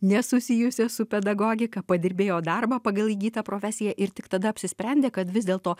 nesusijusias su pedagogika padirbėjo darbą pagal įgytą profesiją ir tik tada apsisprendė kad vis dėlto